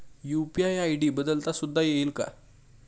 UPI ID बदलता सुद्धा येईल का?